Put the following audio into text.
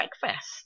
breakfast